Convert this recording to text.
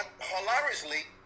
hilariously